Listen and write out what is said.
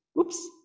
Oops